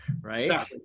right